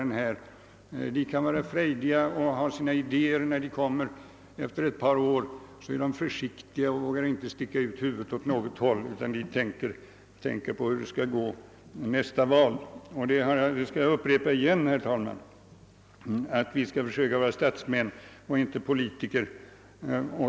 När de kommer hit kan de uppträda frejdigt och kämpa för idéer men efter ett par år har de blivit försiktiga och vågar inte sticka ut huvudet åt något håll. Då tänker de på hur det skall gå vid nästa val. Jag vill än en gång, herr talman, framhålla att vi skall försöka vara statsmän och inte politiker.